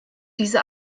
diese